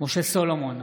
משה סולומון,